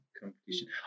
competition